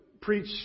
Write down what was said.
preach